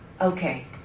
Okay